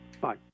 Bye